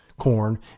corn